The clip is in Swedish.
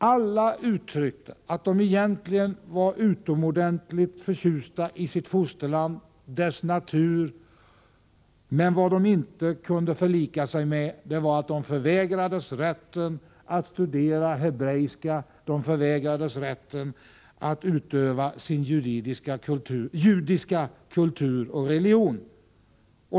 Alla uttryckte att de egentligen var utomordentligt förtjusta i sitt fosterland och dess natur, men de kunde inte förlika sig med att de förvägrades rätten att studera hebreiska och att utöva sin judiska kultur och religion.